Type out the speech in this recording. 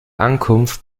ankunft